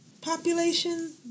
population